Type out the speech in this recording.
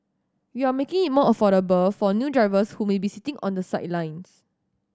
we are making it more affordable for new drivers who may be sitting on the sidelines